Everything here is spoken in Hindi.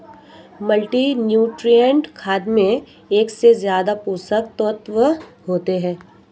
मल्टीनुट्रिएंट खाद में एक से ज्यादा पोषक तत्त्व होते है